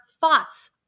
thoughts